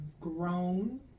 grown